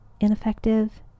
ineffective